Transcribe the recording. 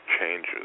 changes